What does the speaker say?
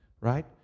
Right